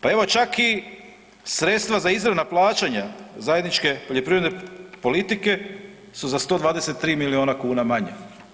Pa evo čak i sredstva za izravna plaćanja zajedničke poljoprivredne politike su za 123 milijuna kuna manje.